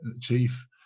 chief